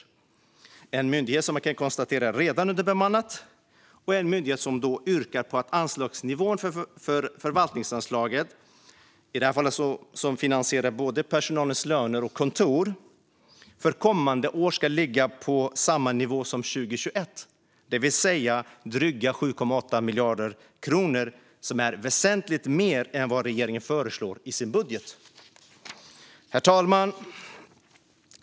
Man kan konstatera att det är en myndighet som redan är underbemannad och som yrkar på att anslagsnivån för förvaltningsanslaget - i detta fall som finansierar både personalens löner och kontor - för kommande år ska ligga på samma nivå som 2021, det vill säga på drygt 7,8 miljarder kronor, vilket är väsentligt mer än vad regeringen föreslår i sin budget. Herr talman!